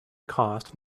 cost